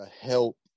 help